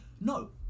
No